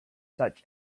such